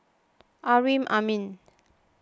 Amrin Amin